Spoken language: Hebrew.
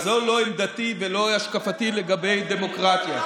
אז זוהי לא עמדתי ולא השקפתי לגבי דמוקרטיה.